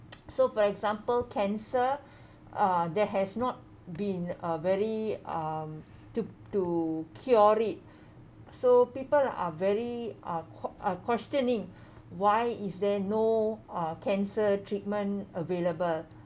so for example cancer uh that has not been a very um to to cure it so people are very uh uh questioning why is there no uh cancer treatment available